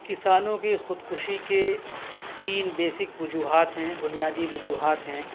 کسانوں کی خودکشی کے تین بیسک وجوہات ہیں بنیادی وجوہات ہیں